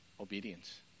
Obedience